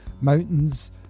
mountains